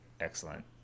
Excellent